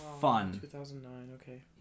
fun